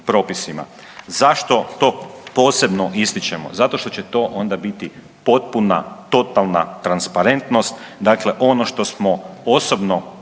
Zašto to posebno ističemo? Zato što će to onda biti potpuna totalna transparentnost, dakle ono što smo osobno,